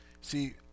See